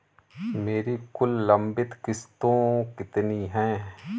मेरी कुल लंबित किश्तों कितनी हैं?